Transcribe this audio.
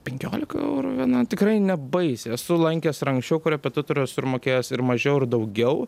penkiolika eurų vienam tikrai ne baisiai esu lankęs ir anksčiau korepetitorius ir mokėjęs ir mažiau ir daugiau